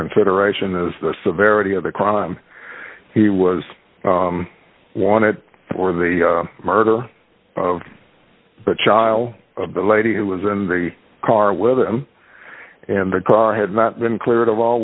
consideration is the severity of the crime he was wanted for the murder of a child of the lady who was in the car with him and the car had not been cleared of all